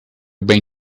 bem